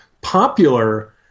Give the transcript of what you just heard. popular